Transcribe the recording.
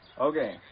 Okay